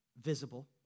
visible